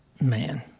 Man